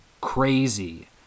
crazy